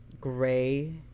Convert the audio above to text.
gray